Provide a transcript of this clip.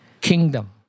kingdom